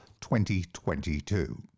2022